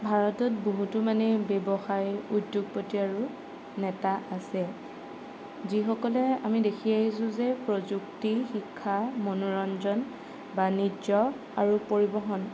ভাৰতত বহুতো মানে ব্যৱসায় উদ্যোগপতি আৰু নেতা আছে যিসকলে আমি দেখি আহিছো যে প্ৰযুক্তি শিক্ষা মনোৰঞ্জন বাণিজ্য আৰু পৰিবহণ